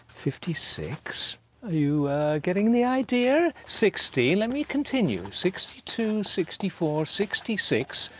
fifty six, are you getting the idea? sixty let me continue sixty two, sixty four, sixty six,